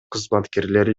кызматкерлери